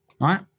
right